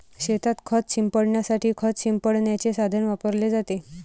शेतात खत शिंपडण्यासाठी खत शिंपडण्याचे साधन वापरले जाते